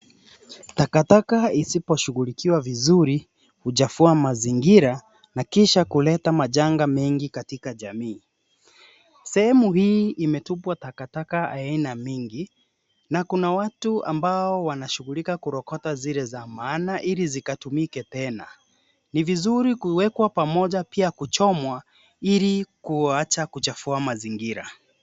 Takataka isiposhughulikiwa vizuri huchafua mazingira na kisha kuleta majanga mengi katika jamii. Sehemu hii imetupwa takataka aina mingi, na kuna watu ambao wanashughulika kurokota zile za maana ili zikatumike tena. Ni vizuri kuwekwa pamoja pia kuchomwa ili kuwacha kuchafua mazingira.